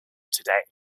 today